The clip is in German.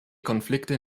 konflikte